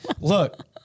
look